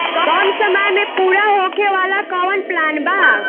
कम समय में पूरा होखे वाला कवन प्लान बा?